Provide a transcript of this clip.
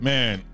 Man